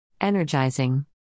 Energizing